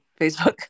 Facebook